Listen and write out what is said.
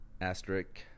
asterisk